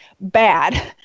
bad